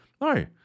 No